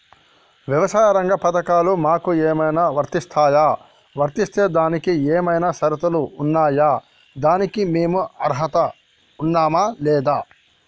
ప్రభుత్వ రంగ పథకాలు మాకు ఏమైనా వర్తిస్తాయా? వర్తిస్తే దానికి ఏమైనా షరతులు ఉన్నాయా? దానికి మేము అర్హత ఉన్నామా లేదా?